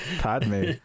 Padme